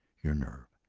your nerve.